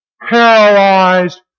paralyzed